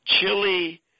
Chili